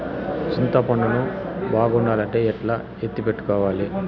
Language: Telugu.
చింతపండు ను బాగుండాలంటే ఎట్లా ఎత్తిపెట్టుకోవాలి?